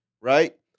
right